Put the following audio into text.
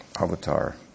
avatar